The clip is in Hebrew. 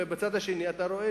ובצד השני אתה רואה